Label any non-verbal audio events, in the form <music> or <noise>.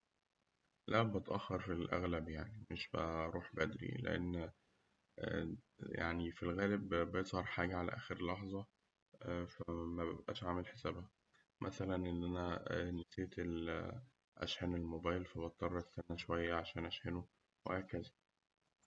لا بتأخر في الأغلب يعني، مش بروح بدري <hesitation> يعني في الغالب بيظهر حاجة على آخر لحظة <hesitation> فمببقاش عامل حسابها مثلاً إن أنا نسيت أشحن الموبايل فبضطر أستنى شوية عشان أشحنه وهكذا.